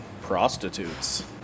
prostitutes